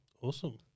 Awesome